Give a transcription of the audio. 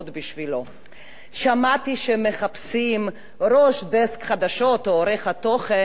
שמעתי שמחפשים ראש דסק חדשות או עורך תוכן בעיתון אחד,